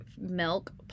milk